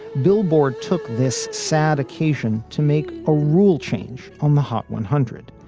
billboard took this sad occasion to make a rule change on the hot one hundred.